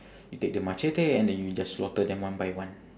you take the machete and then you just slaughter them one by one